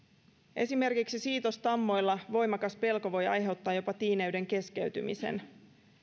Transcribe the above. esimerkiksi siitostammoilla voimakas pelko voi aiheuttaa jopa tiineyden keskeytymisen